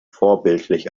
vorbildlich